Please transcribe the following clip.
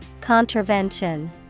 Contravention